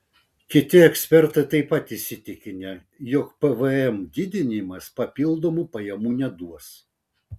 kiti ekspertai taip pat įsitikinę jog pvm didinimas papildomų pajamų neduos